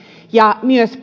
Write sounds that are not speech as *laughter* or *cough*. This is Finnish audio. ja myös *unintelligible*